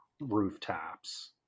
rooftops